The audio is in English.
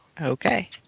Okay